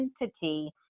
entity